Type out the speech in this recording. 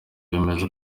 bemeza